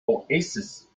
oasis